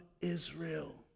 Israel